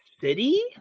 city